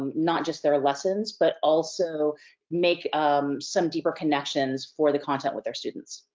um not just their lessons, but also make um some deeper connections for the content with their students.